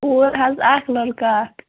کور حظ اَکھ لَڑکہٕ اَکھ